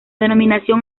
denominación